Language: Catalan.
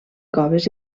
coves